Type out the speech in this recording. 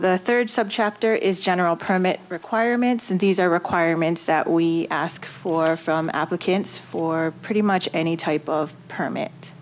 the third subchapter is general permit requirements and these are requirements that we ask for from applicants for pretty much any type of